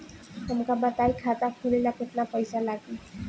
हमका बताई खाता खोले ला केतना पईसा लागी?